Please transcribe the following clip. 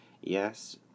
yes